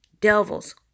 devils